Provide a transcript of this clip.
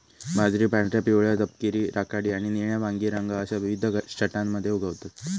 बाजरी पांढऱ्या, पिवळ्या, तपकिरी, राखाडी आणि निळ्या वांगी रंग अश्या विविध छटांमध्ये उगवतत